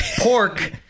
Pork